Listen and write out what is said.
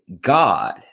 God